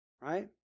right